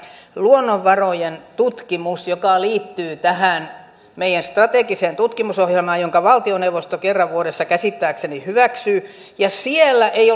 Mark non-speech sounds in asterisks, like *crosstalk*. tämä luonnonvarojen tutkimus joka liittyy tähän meidän strategiseen tutkimusohjelmaan jonka valtioneuvosto kerran vuodessa käsittääkseni hyväksyy ja siellä ei *unintelligible*